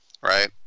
Right